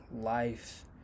life